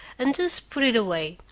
and just put it away.